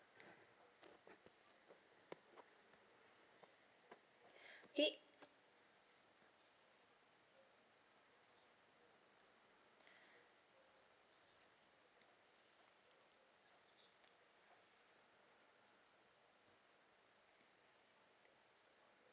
it